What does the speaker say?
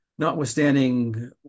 notwithstanding